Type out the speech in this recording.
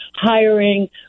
hiring